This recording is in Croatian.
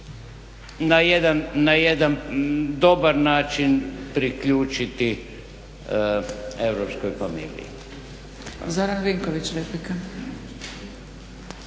na jedan dobar način priključiti europskoj familiji.